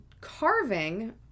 carving